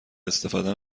استفاده